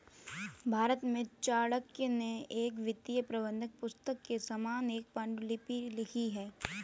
भारत में चाणक्य ने एक वित्तीय प्रबंधन पुस्तक के समान एक पांडुलिपि लिखी थी